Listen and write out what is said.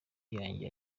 yanjye